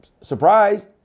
surprised